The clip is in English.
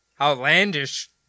outlandish